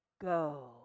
go